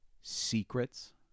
Secrets